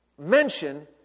mention